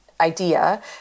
idea